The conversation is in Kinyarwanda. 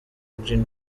green